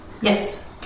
yes